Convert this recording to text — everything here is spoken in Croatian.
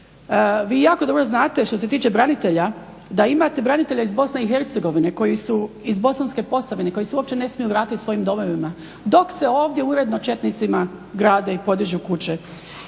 Vi jako dobro znate što se tiče branitelja da imate branitelje iz Bosne i Hercegovine koji su iz bosanske Posavine koji se uopće ne smiju vratiti svojim domovima, dok se ovdje uredno četnicima grade i podižu kuće.